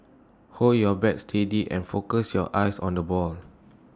hold your bat steady and focus your eyes on the ball